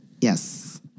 Yes